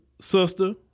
sister